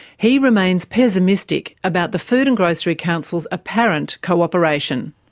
he remains pessimistic about the food and grocery council's apparent co-operation.